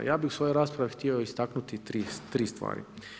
Ja bih u svojoj raspravi htio istaknuti tri stvari.